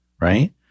Right